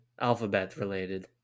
alphabet-related